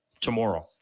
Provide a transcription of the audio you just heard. tomorrow